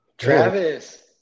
Travis